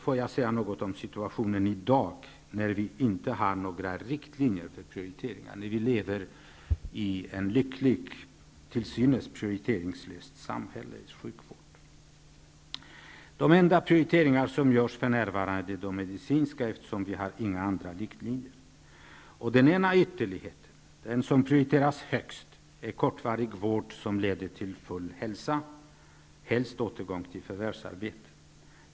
Låt mig säga något om situationen i dag, när vi inte har några riktlinjer för prioriteringar. Vi har en till synes prioriteringslös sjukvård. De enda prioriteringar som görs för närvarande är de medicinska, eftersom vi inte har några andra riktlinjer. Den ena ytterligheten, som prioriteras högst, är kortvarig vård som leder till full hälsa och helst återgång till förvärvsarbete.